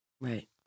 Right